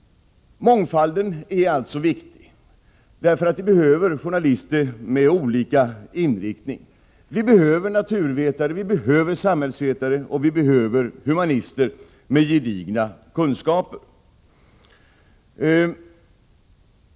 Mångfalden är som sagt viktig, eftersom vi behöver journalister med olika inriktning. Vi behöver naturvetare, samhällsvetare och humanister med gedigna kunskaper.